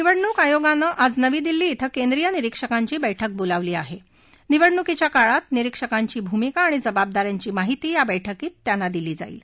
निवडणूक आयोगानं नव्विज नवी दिल्ली इथं केंद्रीय निरीक्षकांची बैठक बोलावली आहा निवडणुकीच्या काळात निरीक्षकांची भूमिका आणि जबाबदाऱ्यांची माहिती या बैठकीत त्यांना दिली जाईल